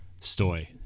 Stoy